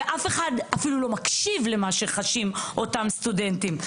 ואף אחד אפילו לא מקשיב אל מה שחשים אותם סטודנטים.